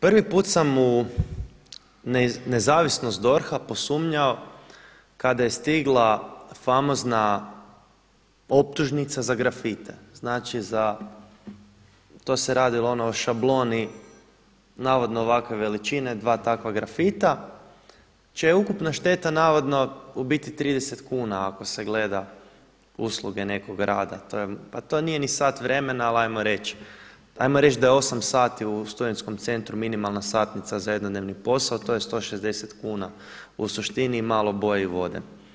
Prvi put sam u nezavisnost DORH-a posumnjao kada je stigla famozna optužnica za grafite, znači za to se radilo ono o šabloni navodno ovakve veličine dva takva grafita čija je ukupna šteta navodno u biti 30 kuna ako se gleda usluge nekog rada, pa to nije ni sat vremena ali ajmo reć da je osam sati u studentskom centru minimalna satnica za jednodnevni posao, to je 160 kuna u suštini i malo boje i vode.